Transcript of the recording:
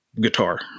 Guitar